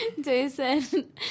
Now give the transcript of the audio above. Jason